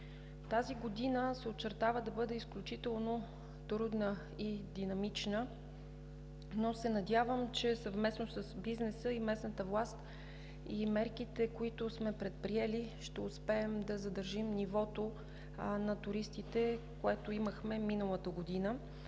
Тази година се очертава да бъде изключително трудна и динамична, но се надявам, че съвместно с бизнеса и местната власт и мерките, които сме предприели, ще успеем да задържим нивото на туристите, което имахме миналата година.